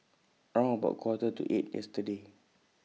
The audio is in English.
round about Quarter to eight yesterday